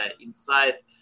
insights